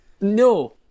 No